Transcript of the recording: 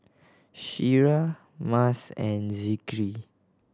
Syirah Mas and Zikri